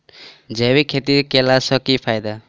जैविक खेती केला सऽ की फायदा?